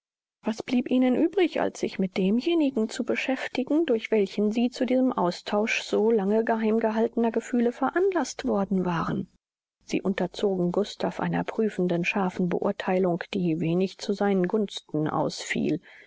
was blieb ihnen übrig als sich mit demjenigen zu beschäftigen durch welchen sie zu diesem austausch so lange geheim gehaltener gefühle veranlaßt worden waren sie unterzogen gustav einer prüfenden scharfen beurtheilung die wenig zu seinen gunsten ausfiel